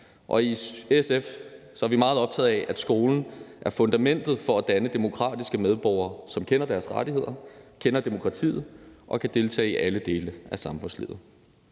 I SF er vi meget optaget af, at skolen er fundamentet for at danne demokratiske medborgere, som kender deres rettigheder, kender demokratiet og kan deltage i alle dele af samfundslivet.